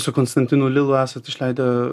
su konstantinu lilu esat išleidę